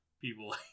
people